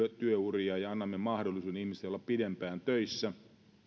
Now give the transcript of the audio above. työuria ja annamme mahdollisuuden ihmisille olla pidempään töissä